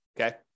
Okay